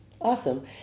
Awesome